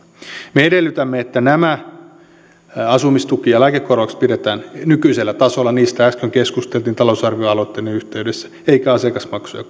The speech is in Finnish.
me edellytämme että asumistuki ja lääkekorvaukset pidetään nykyisellä tasolla niistä äsken keskustelimme talousarvioaloitteiden yhteydessä eikä asiakasmaksuja